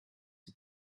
die